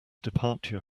departure